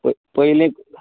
पय पयलें